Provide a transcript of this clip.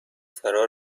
فرا